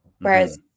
Whereas